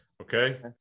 Okay